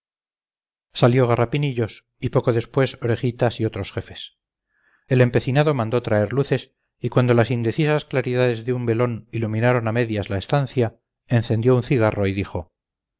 salió garrapinillos y poco después orejitas y otros jefes el empecinado mandó traer luces y cuando las indecisas claridades de un velón iluminaron a medias la estancia encendió un cigarro y dijo